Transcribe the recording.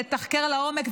לתחקר לעומק,